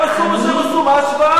הם עשו מה שהם עשו, מה ההשוואה?